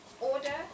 order